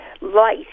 light